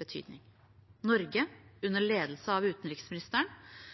betydning. Norge, under ledelse av utenriksministeren,